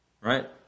right